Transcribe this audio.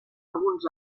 alguns